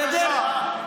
בסדר?